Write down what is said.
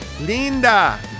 Linda